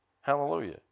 Hallelujah